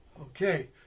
Okay